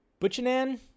Butchanan